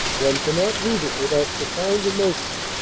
one cannot read it without profound emo tion,